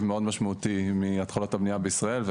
מאוד משמעותי מהתחלות הבנייה בישראל.